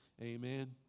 Amen